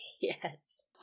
Yes